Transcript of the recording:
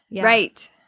right